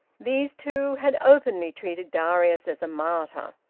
these two had openly treated darius as a martyr,